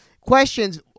questions